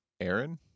Aaron